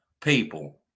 people